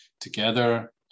together